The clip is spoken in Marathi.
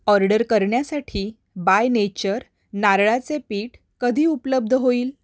ऑर्डर करण्यासाठी बाय नेचर नारळाचे पीठ कधी उपलब्ध होईल